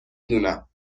دونم